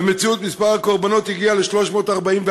במציאות מספר הקורבנות הגיע ל-344.